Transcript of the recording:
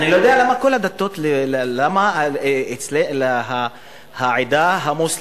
אני לא יודע למה העדה המוסלמית,